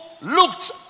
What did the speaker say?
looked